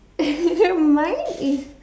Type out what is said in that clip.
mine is